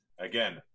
Again